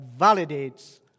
validates